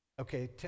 Okay